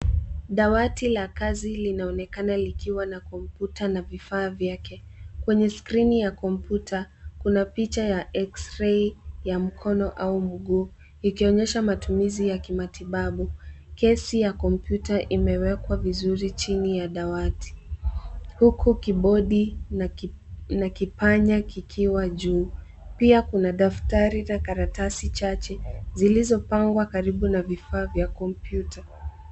Dawati la kazi linaonekana likiwa na kompyuta na vifaa vyake. Kwenye skrini ya kompyuta kuna picha ya x-ray ya mkono au mguu ikionyesha matumizi ya kimatibabu. Kesi ya kompyuta iimewkwa vizuri chini ya dawati huku kibodi na kipanya kikiwa juu pia kuna daftari za karatasi chache zilizopangwa karibu na vifaa vya kompyuta.